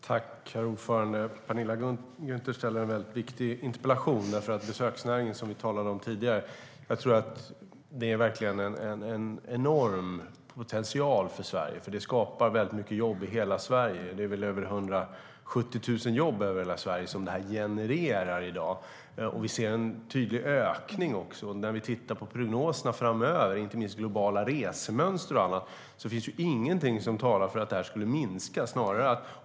Herr talman! Penilla Gunther ställer en viktig interpellation. Besöksnäringen, som vi talade om tidigare, är verkligen en enorm potential för Sverige, för den skapar mycket jobb i hela Sverige. Det är väl över 170 000 över hela Sverige som den genererar i dag, och vi ser också en tydlig ökning. När vi tittar på prognoserna framöver, inte minst globala resemönster och annat, finns det inget som talar för att detta skulle minska.